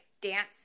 dance